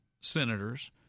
senators